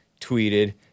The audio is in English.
tweeted